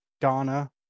Donna